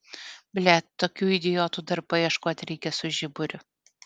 blet tokių idiotų dar paieškot reikia su žiburiu